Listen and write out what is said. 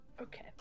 Okay